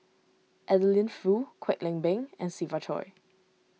Adeline Foo Kwek Leng Beng and Siva Choy